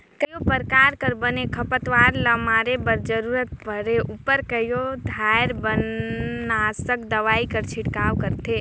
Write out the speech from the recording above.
कइयो परकार कर बन, खरपतवार ल मारे बर जरूरत परे उपर कइयो धाएर बननासक दवई कर छिड़काव करथे